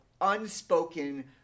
unspoken